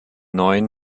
neuen